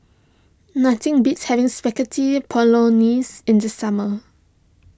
nothing beats having Spaghetti Bolognese in the summer